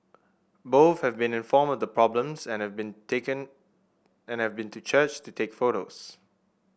both have been informed of the problems and have been taken and have been to church to take photos